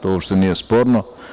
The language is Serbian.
To uopšte nije sporno.